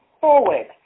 forward